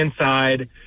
inside